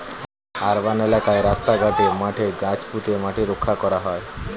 urban এলাকায় রাস্তা ঘাটে, মাঠে গাছ পুঁতে মাটি রক্ষা করা হয়